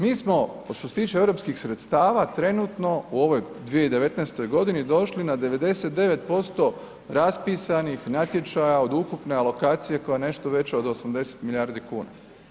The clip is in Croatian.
Mi smo što se tiče europskih sredstava trenutno u ovoj 2019. godini došli na 99% raspisanih natječaja od ukupne alokacije koja je nešto veća od 80 milijardi kuna.